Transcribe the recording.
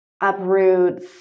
uproots